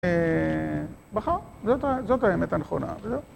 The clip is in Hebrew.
אה... בחר, זאת האמת הנכונה, וזהו.